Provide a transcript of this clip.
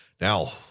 Now